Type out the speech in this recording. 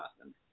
awesome